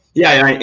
yeah,